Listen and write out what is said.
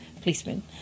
policemen